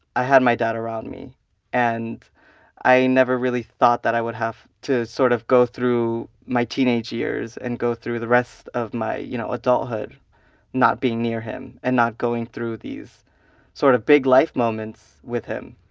i had my dad around me and i never really thought that i would have to sort of go through my teenage years and go through the rest of my you know adulthood not being near him and not going through these sort of big life moments with him.